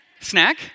Snack